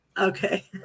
Okay